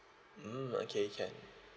mm okay can